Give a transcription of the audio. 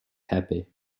happy